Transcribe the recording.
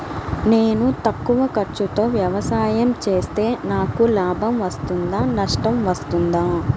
నేను తక్కువ ఖర్చుతో వ్యవసాయం చేస్తే నాకు లాభం వస్తుందా నష్టం వస్తుందా?